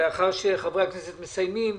לאחר שחברי הכנסת מסיימים,